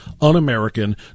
un-American